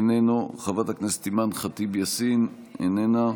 איננו, חברת הכנסת אימאן ח'טיב יאסין, איננה,